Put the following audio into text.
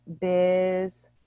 Biz